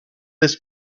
his